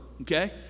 Okay